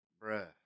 Bruh